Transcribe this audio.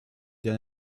than